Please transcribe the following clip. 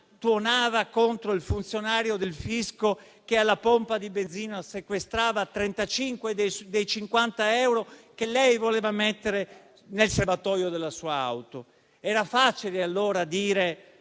tuonava contro il funzionario del fisco che alla pompa di benzina sequestrava 35 dei 50 euro che lei voleva mettere nel serbatoio della sua auto. Era facile allora dire: